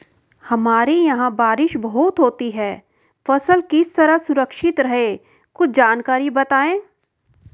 हमारे यहाँ बारिश बहुत होती है फसल किस तरह सुरक्षित रहे कुछ जानकारी बताएं?